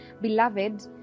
beloved